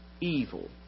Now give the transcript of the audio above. evil